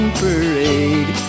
parade